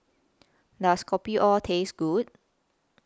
Does Kopio Taste Good